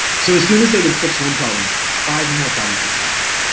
so as soon as they would fix one problem, five more problems would pop up.